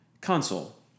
console